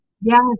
yes